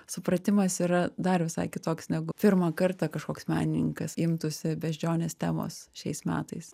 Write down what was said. supratimas yra dar visai kitoks negu pirmą kartą kažkoks menininkas imtųsi beždžionės temos šiais metais